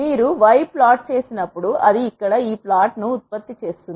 మీరు y plot చేసినప్పుడు అది ఇక్కడ ఈ ప్లాట్ను ఉత్పత్తి చేస్తుంది